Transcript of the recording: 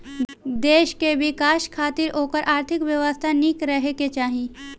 देस कअ विकास खातिर ओकर आर्थिक व्यवस्था निक रहे के चाही